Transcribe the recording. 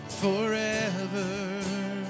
Forever